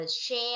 share